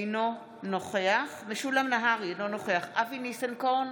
אינו נוכח משולם נהרי, אינו נוכח אבי ניסנקורן,